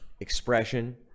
expression